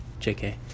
JK